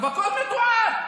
הכול מתועד,